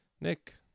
Nick